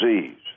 disease